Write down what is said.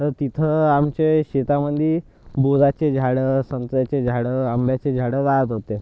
तर तिथं आमचे शेतामध्ये बोराचे झाडं संत्र्याचे झाडं आंब्याचे झाडं वाढत होते